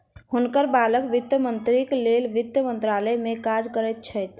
हुनकर बालक वित्त मंत्रीक लेल वित्त मंत्रालय में काज करैत छैथ